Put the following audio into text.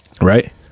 right